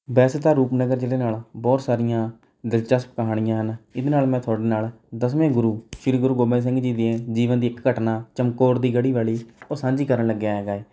ਵੈਸੇ ਤਾਂ ਰੂਪਨਗਰ ਜ਼ਿਲ੍ਹੇ ਨਾਲ ਬਹੁਤ ਸਾਰੀਆਂ ਦਿਲਚਸਪ ਕਹਾਣੀਆਂ ਹਨ ਇਹਦੇ ਨਾਲ ਮੈਂ ਤੁਹਾਡੇ ਨਾਲ ਦਸਵੇਂ ਗੁਰੂ ਸ਼੍ਰੀ ਗੁਰੂ ਗੋਬਿੰਦ ਸਿੰਘ ਜੀ ਦੀ ਜੀਵਨ ਦੀ ਇੱਕ ਘਟਨਾ ਚਮਕੌਰ ਦੀ ਗੜੀ ਵਾਲੀ ਉਹ ਸਾਂਝੀ ਕਰਨ ਲੱਗਿਆ ਹੈਗਾ ਹੈ